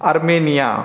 Armenia